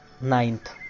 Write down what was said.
ninth